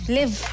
live